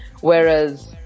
whereas